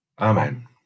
Amen